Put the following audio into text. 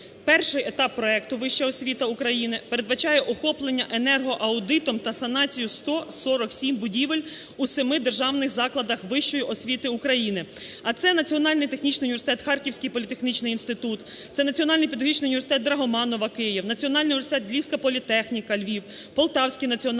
Перший етап Проекту "Вища освіта України" передбачає охоплення енергоаудитом та санацією 147 будівель у семи державних закладах вищої освіти України. А це Національний технічних університет, Харківський політехнічний інститут, це Національний педагогічний університет Драгоманова (Київ), Національний університет "Львівська політехніка" (Львів), Полтавський національний